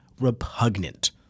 repugnant